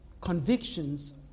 convictions